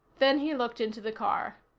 then he looked into the car.